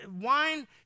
wine